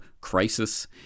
crisis